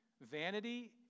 Vanity